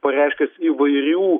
pareiškęs įvairių